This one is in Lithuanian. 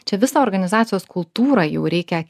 čia visą organizacijos kultūrą jau reikia